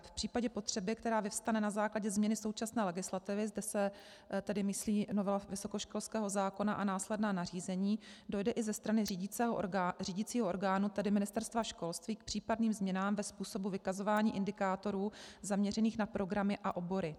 V případě potřeby, která vyvstane na základě změny současné legislativy zde se tedy myslí novela vysokoškolského zákona a následná nařízení dojde i ze strany řídicího orgánu, tedy Ministerstva školství, k případným změnám ve způsobu vykazování indikátorů zaměřených na programy a obory.